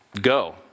Go